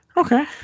Okay